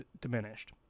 diminished